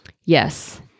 Yes